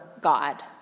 God